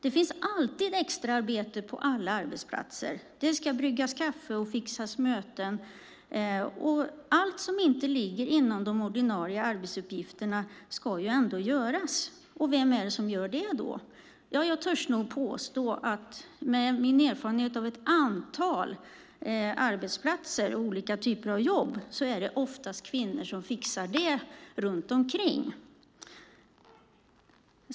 Det finns alltid extraarbete på alla arbetsplatser - det ska bryggas kaffe och fixas möten. Allt som inte ligger inom de ordinarie arbetsuppgifterna ska göras, och vem är det som gör det? Ja, jag törs nog påstå - med min erfarenhet av ett antal arbetsplatser och olika typer av jobb - att det oftast är kvinnor som fixar det runt omkring.